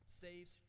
saves